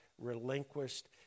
relinquished